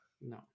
No